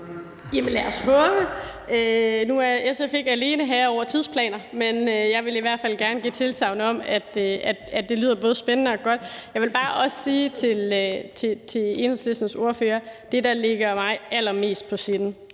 det. Nu er SF ikke alene herre over tidsplaner, men jeg vil i hvert fald gerne give tilsagn om, at det lyder både spændende og godt. Jeg vil bare også sige til Enhedslistens ordfører, at det, der ligger mig allermest på sinde,